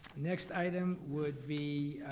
next item would be,